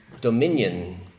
dominion